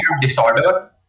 disorder